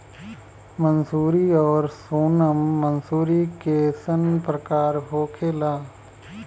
मंसूरी और सोनम मंसूरी कैसन प्रकार होखे ला?